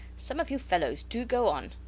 some of you fellows do go on!